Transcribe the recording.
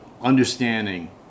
understanding